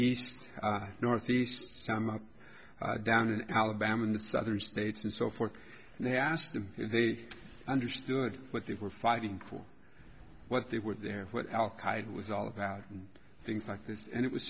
east northeast down in alabama in the southern states and so forth and they asked them if they understood what they were fighting for what they were there what al qaeda was all about and things like this and it was